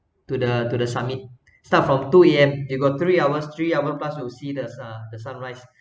to the to the summit start from two A_M you got three hours three hour plus to see the uh the sunrise